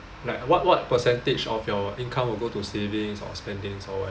like what what percentage of your income will go to savings or spending somewhere